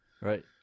Right